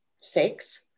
six